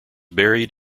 buried